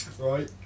Right